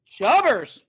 Chubbers